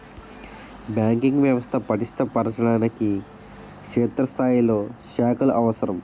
banking వ్యవస్థ పటిష్ట పరచడానికి క్షేత్రస్థాయిలో శాఖలు అవసరం